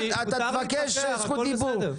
תבקש רשות דיבור.